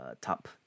top